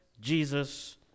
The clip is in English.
Jesus